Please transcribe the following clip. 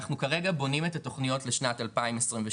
אנחנו כרגע בונים את התוכניות לשנת 2022,